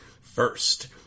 First